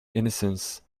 innocence